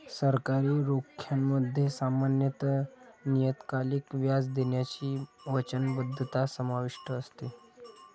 सरकारी रोख्यांमध्ये सामान्यत नियतकालिक व्याज देण्याची वचनबद्धता समाविष्ट असते